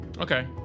Okay